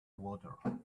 water